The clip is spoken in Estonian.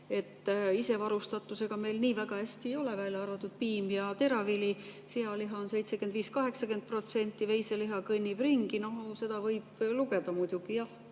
Isevarustatusega meil nii väga hästi ei ole, välja arvatud piim ja teravili. Sealihal on see 75–80%. Veiseliha kõnnib ringi, no seda võib lugeda, muidugi, jah,